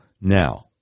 Now